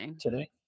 today